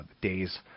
Days